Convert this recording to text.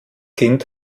kind